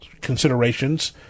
considerations